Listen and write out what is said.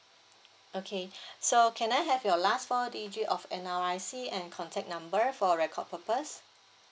okay so can I have your last four digit of N_R_I_C and contact number for record purpose